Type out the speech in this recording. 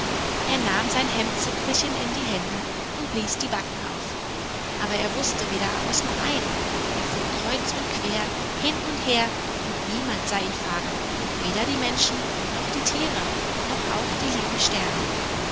er nahm seine hemdzipfelchen in die hände und blies die backen auf aber er wußte weder aus noch ein er fuhr kreuz und quer hin und her und niemand sah in fahren weder die menschen noch die tiere noch auch die lieben sterne